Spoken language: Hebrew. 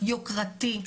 יוקרתי,